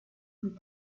plus